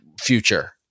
future